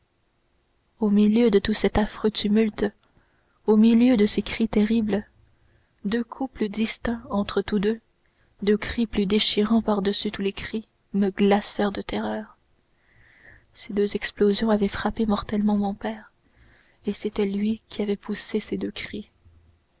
au milieu de tout cet affreux tumulte au milieu de ces cris terribles deux coups plus distincts entre tous deux cris plus déchirants par-dessus tous les cris me glacèrent de terreur ces deux explosions avaient frappé mortellement mon père et c'était lui qui avait poussé ces deux cris